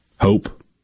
Hope